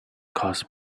caused